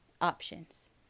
options